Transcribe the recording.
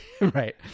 Right